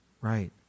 Right